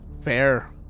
fair